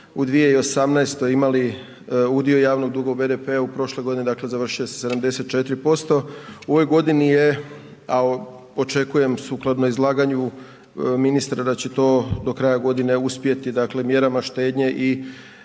u 2018. imali udio javnog duga u BDP-u prošle godine završio se sa 74%. U ovoj godini je, a očekujem sukladno izlaganju ministra da će to do kraja godine uspjeti mjerama štednje i